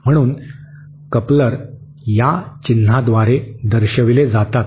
म्हणून कपलर या चिन्हाद्वारे दर्शविले जातात